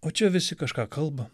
o čia visi kažką kalba